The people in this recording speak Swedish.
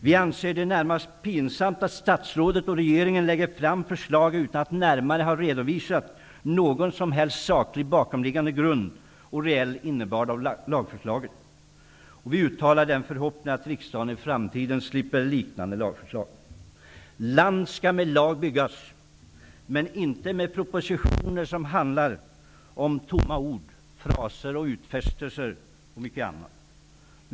Vi anser det närmast pinsamt att statsrådet och regeringen lägger fram förslag utan att närmare ha redovisat någon som helst bakomliggande saklig grund eller någon reell innebörd i lagförslaget. Vi uttalar den förhoppningen att riksdagen i framtiden slipper liknande lagförslag. Land skall med lag byggas, men inte med propositioner bestående av tomma ord, fraser och utfästelser.